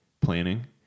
planning